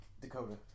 Dakota